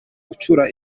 gucura